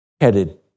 headed